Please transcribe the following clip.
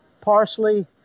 parsley